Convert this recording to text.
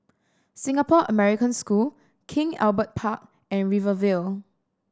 Singapore American School King Albert Park and Rivervale